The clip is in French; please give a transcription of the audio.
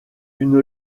une